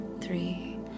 three